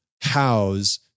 house